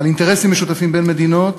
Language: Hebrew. על אינטרסים משותפים בין מדינות,